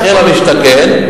למשתכן.